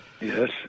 Yes